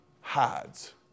hides